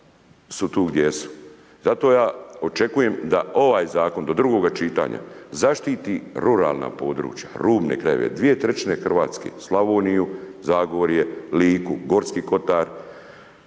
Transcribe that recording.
su tu gdje jesu. Zato ja očekujem da ovaj zakon do drugoga čitanja zaštiti rulana područja, rubne krajeve, dvije trećine Hrvatske, Slavoniju, Zagorje, Liku, Gorski Kotar,